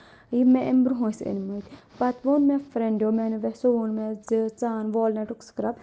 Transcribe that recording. یِم مےٚ اَمہِ برونٛہہ ٲسۍ أنمٕتۍ پَتہٕ ووٚن مےٚ فرٛؠنٛڈیو میانو ویٚسو ووٚن مےٚ زِ ژٕ اَن والنیٹُک سٕکرب